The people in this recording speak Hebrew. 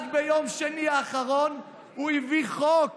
רק ביום שני האחרון הוא הביא חוק